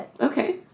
Okay